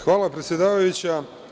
Hvala, predsedavajuća.